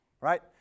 right